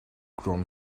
grown